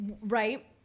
Right